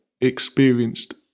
experienced